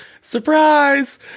surprise